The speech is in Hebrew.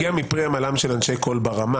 הגיע מפרי עמלם של אנשי "קול ברמה",